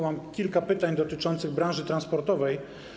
Mam kilka pytań dotyczących branży transportowej.